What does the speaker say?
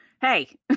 Hey